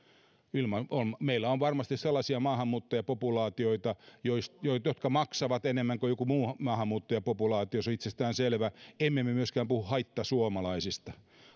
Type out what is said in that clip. meillä on varmasti sellaisia maahanmuuttajapopulaatioita jotka jotka maksavat enemmän kuin joku muu maahanmuuttajapopulaatio se on itsestään selvää emme me myöskään puhu haittasuomalaisista